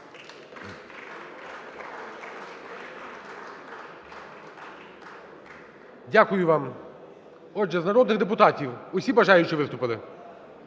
Дякую вам. Отже, за народних депутатів усі бажаючі виступили?